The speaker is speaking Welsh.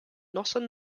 noson